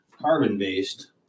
carbon-based